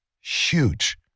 huge